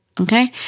Okay